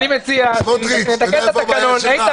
איתן,